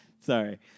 Sorry